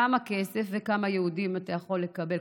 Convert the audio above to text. כמה כסף וכמה יהודים אתה יכול לקבל?